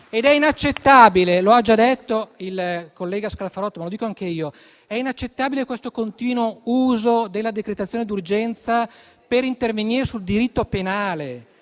È inaccettabile - lo ha già detto il collega Scalfarotto, ma lo ribadisco anche io - questo continuo uso della decretazione d'urgenza per intervenire sul diritto penale,